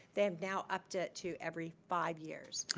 they have now upped it to every five years.